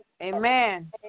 amen